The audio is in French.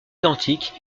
identiques